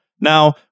Now